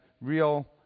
real